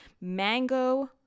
Mango